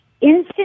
Instant